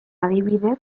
adibidez